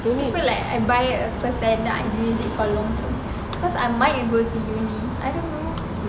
I feel like buying a first hand I use it for long term cause I might go to uni I don't know